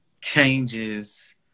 changes